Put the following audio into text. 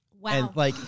Wow